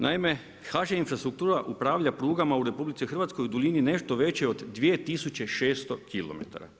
Naime, HŽ Infrastruktura upravlja prugama u RH u duljini nešto većoj od 2600 km.